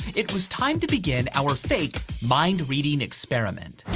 it was time to begin our fake mind reading experiment.